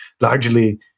largely